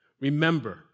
Remember